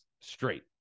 straight